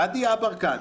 גדי יברקן,